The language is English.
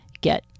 get